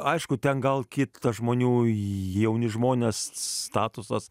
aišku ten gal kita žmonių jauni žmonės statusas